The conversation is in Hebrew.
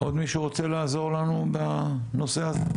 עוד מישהו רוצה לעזור לנו בנושא הזה,